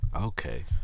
okay